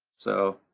so